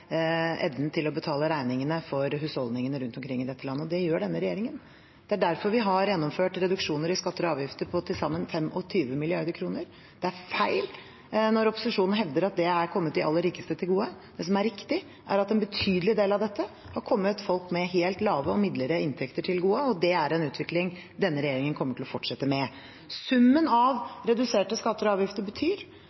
evnen til å betale regningene for husholdningene rundt omkring i dette landet, og det gjør denne regjeringen. Det er derfor vi har gjennomført reduksjoner i skatter og avgifter på til sammen 25 mrd. kr. Det er feil når opposisjonen hevder at det er kommet de aller rikeste til gode. Det som er riktig, er at en betydelig del av dette har kommet folk med lave og midlere inntekter til gode, og det er en utvikling denne regjeringen kommer til å fortsette med. Summen av